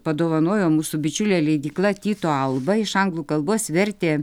padovanojo mūsų bičiulė leidykla tyto alba iš anglų kalbos vertė